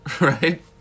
Right